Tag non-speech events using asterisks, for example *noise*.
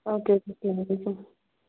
okay *unintelligible*